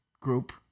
group